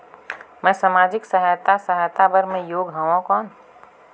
मैं समाजिक सहायता सहायता बार मैं योग हवं कौन?